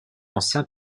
ancien